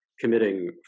committing